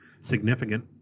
significant